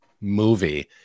movie